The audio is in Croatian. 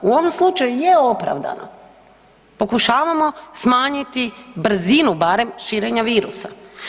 U ovom slučaju i je opravdano, pokušavamo smanjiti brzinu barem širenja virusa.